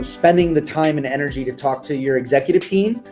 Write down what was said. spending the time and energy to talk to your executive team,